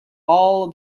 all